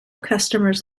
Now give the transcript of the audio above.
customers